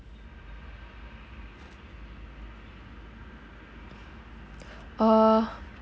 uh